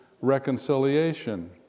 reconciliation